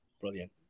Brilliant